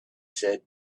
said